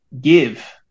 give